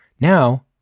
Now